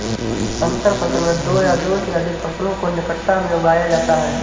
अंतर फसल में दो या दो से अघिक फसलों को निकटता में उगाया जाता है